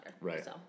Right